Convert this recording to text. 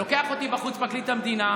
לוקח אותי בחוץ פרקליט המדינה,